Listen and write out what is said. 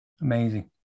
amazing